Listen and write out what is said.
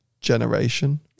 generation